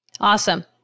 Awesome